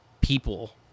people